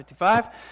55